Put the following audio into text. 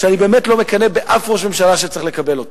ואני באמת לא מקנא באף ראש ממשלה שצריך לקבל אותן.